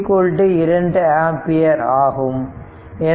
i2 2 ampere ஆகும்